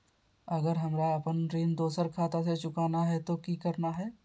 अगर हमरा अपन ऋण दोसर खाता से चुकाना है तो कि करना है?